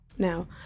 Now